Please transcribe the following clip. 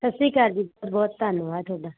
ਸਤਿ ਸ਼੍ਰੀ ਅਕਾਲ ਜੀ ਬਹੁਤ ਬਹੁਤ ਧੰਨਵਾਦ ਤੁਹਾਡਾ